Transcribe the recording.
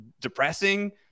depressing